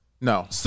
No